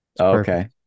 Okay